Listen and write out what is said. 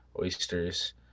Oysters